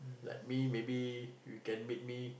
like me maybe you can meet me